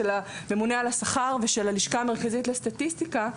של הממונה על השכר ושל הלשכה המרכזית לסטטיסטיקה.